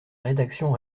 rédaction